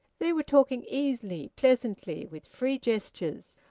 they were talking easily, pleasantly, with free gestures,